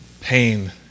pain